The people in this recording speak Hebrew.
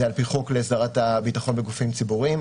זה על פי החוק להסדרת הביטחון בגופים ציבוריים.